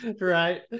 right